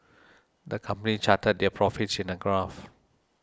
the company charted their profits in a graph